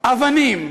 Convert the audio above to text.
אבנים,